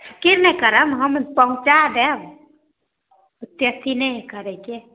की नहि करब हम पहुँचा देब टैक्सी नहि हय करेके